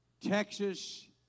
Texas